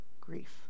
grief